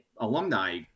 Alumni